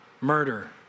murder